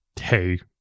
hey